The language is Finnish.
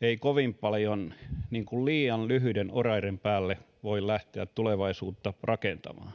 ei kovin paljon niin kuin liian lyhyiden oraiden päälle voi lähteä tulevaisuutta rakentamaan